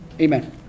Amen